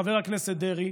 חבר הכנסת דרעי,